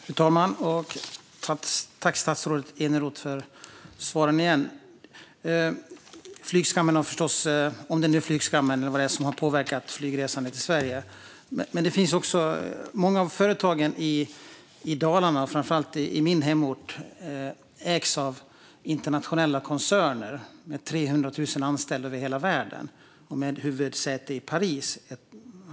Fru talman! Tack igen, statsrådet Eneroth, för svaren! Flygskammen - om det nu är den - har förstås påverkat flygresandet i Sverige. Många företag i Dalarna, framför allt i min hemort, ägs av internationella koncerner. Ett av de större företagen har 300 000 anställda över hela världen och huvudsäte i Paris.